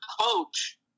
coach